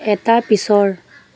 এটাৰ পিছৰ